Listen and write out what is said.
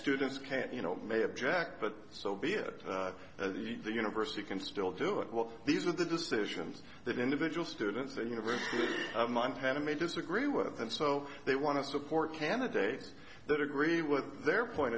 students can't you know may object but so be it the university can still do it well these are the decisions that individual students the university of montana may disagree with it and so they want to support candidates that agree with their point